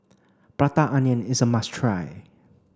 prata onion is a must try